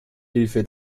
hilfe